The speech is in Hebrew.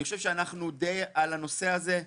אני חושב שאנחנו די על הנושא הזה,